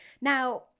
Now